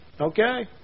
Okay